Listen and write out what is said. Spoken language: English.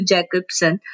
Jacobson